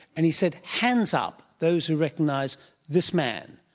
and he said hands up those who recognise this man.